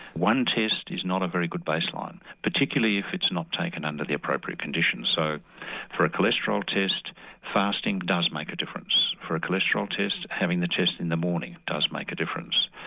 one test is not a very good baseline particularly if it's not taken under the appropriate conditions. so for a cholesterol test fasting does make a difference, for a cholesterol test having the test in the morning does make a difference.